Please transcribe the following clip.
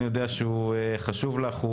אני יודע שהוא חשוב לך,